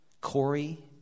Corey